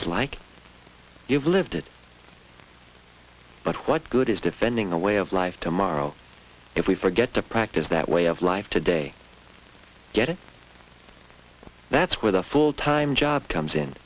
is like you've lived it but what good is defending a way of life tomorrow if we forget to practice that way of life today get it that's where the full time job comes in